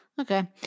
Okay